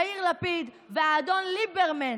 יאיר לפיד והאדון ליברמן.